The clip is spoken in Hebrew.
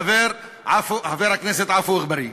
חבר הכנסת עפו אגבאריה.